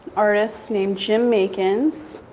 artist named jim makins.